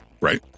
Right